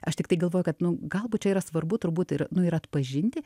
aš tiktai galvoju kad nu galbūt čia yra svarbu turbūt ir nu ir atpažinti